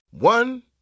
One